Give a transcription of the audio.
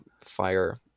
fire